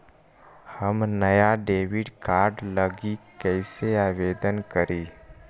हम नया debit card लागी कईसे आवेदन करी?